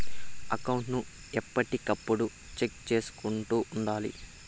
account ను ఎప్పటికప్పుడు check చేసుకుంటూ ఉండాలి